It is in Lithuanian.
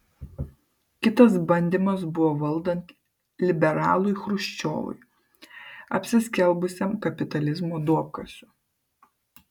kitas bandymas buvo valdant liberalui chruščiovui apsiskelbusiam kapitalizmo duobkasiu